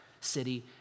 city